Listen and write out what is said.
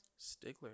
Stigler